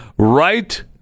right